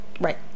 Right